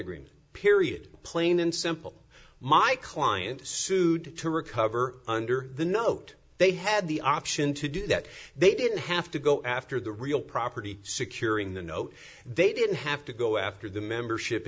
agreement period plain and simple my client sued to recover under the note they had the option to do that they didn't have to go after the real property securing the note they didn't have to go after the membership